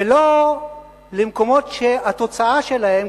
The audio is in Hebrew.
ולא למקומות שהתוצאה שלהם,